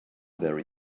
very